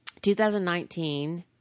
2019